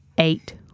Eight